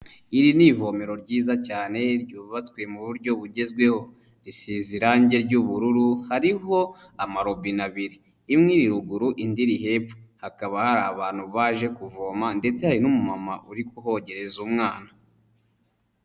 iri ni ivomero ryiza cyane ryubatswe mu buryo bugezweho risize irangi ry'ubururu, hariho amarobine abiri; imwe ir ruguru indi iri hebwe hakaba hari abantu baje kuvoma ndetse hari n'umumama uri kuhogereza umwana.